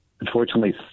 Unfortunately